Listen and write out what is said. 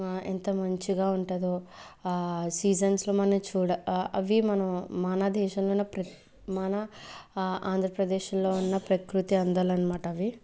ఎంత మంచిగా ఉంటదో ఆ సీజన్స్లో మన చూడ అవీ మనం మన దేశంలోన ప్ర మన ఆంధ్రప్రదేశ్లో ఉన్న ప్రకృతి అందాలన్మాట అవీ